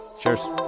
cheers